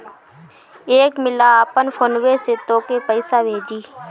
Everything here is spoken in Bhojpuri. एक मिला आपन फोन्वे से तोके पइसा भेजी